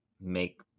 make